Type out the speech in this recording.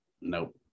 nope